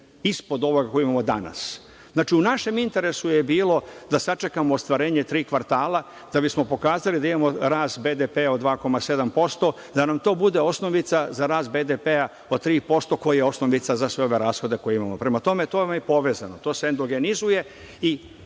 ispod ovog koji imamo danas. Znači, u našem interesu je bilo da sačekamo ostvarenje tri kvartala da bismo pokazali da imamo rast BDP-a od 2,7%, da nam to bude osnovica za rast BDP-a od 3% koji je osnovica za sve ove rashode koje imamo. Prema tome, to vam je i povezano. To se endogenizuje i